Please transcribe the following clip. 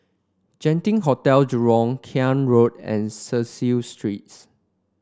Genting Hotel Jurong Klang Road and Cecil Streets